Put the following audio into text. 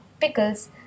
Pickles